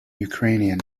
ukrainian